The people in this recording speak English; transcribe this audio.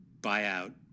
buyout